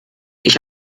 ich